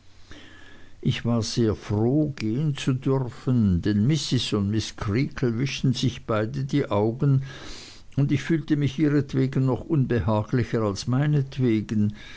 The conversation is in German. ich war sehr froh gehen zu dürfen denn mrs und miß creakle wischten sich beide die augen und ich fühlte mich ihretwegen noch unbehaglicher als